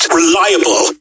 reliable